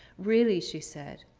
really, she said.